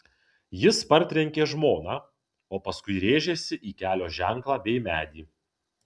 jis partrenkė žmoną o paskui rėžėsi į kelio ženklą bei medį